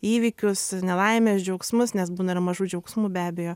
įvykius nelaimes džiaugsmus nes būna ir mažų džiaugsmų be abejo